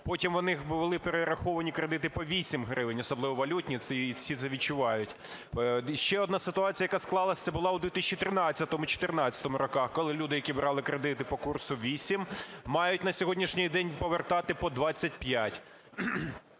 потім у них були перераховані кредити по 8 гривень, особливо валютні. І всі це відчувають. І ще одна ситуація, яка склалась, це була у 2013-2014 роках, коли люди, які брали кредити по курсу 8, мають на сьогоднішній день повертати по 25.